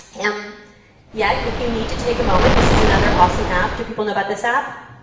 and yet, if you need to take a moment this is another awesome app. do people know about this app?